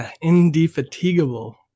indefatigable